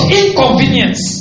inconvenience